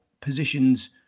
positions